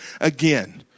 again